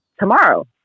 tomorrow